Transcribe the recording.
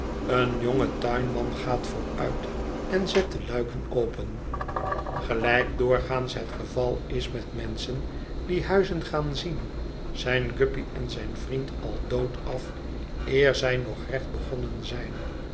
een jonge tuinman gaat vooruit en zet de luiken open gelijk doorgaans het geval is met menschen die huizen gaan zien zijn guppy en zijn vriend al doodaf eer zij nog recht begonnen zijn